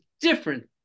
different